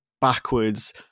backwards